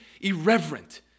irreverent